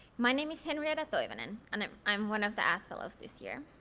my name is henrietta toivanen. and i'm i'm one of the ath fellows this year.